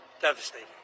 devastating